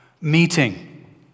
meeting